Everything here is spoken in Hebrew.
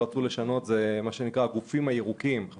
חלק ממה שרצו לשנות זה מה שנקרא: "הגופים הירוקים" הרט"ג,